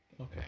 Okay